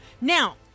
Now